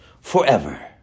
forever